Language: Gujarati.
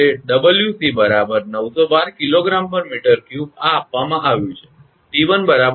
તેથી તે 𝑊𝑐 912 𝐾𝑔 𝑚3 આ આપવામાં આવ્યું છે 𝑡1 1